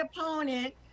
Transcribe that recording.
opponent